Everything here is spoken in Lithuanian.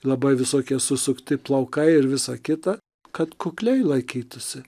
labai visokie susukti plaukai ir visa kita kad kukliai laikytųsi